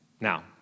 Now